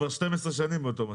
זה כבר 12 שנים באותו מצב.